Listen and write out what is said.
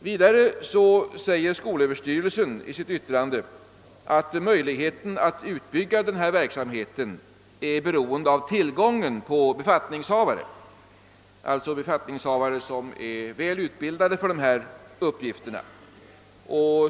Vidare säger skolöverstyrelsen i sitt yttrande att möjligheten att utbygga denna verksamhet är beroende av tillgången på befattningshavare som är väl utbildade för dessa uppgifter.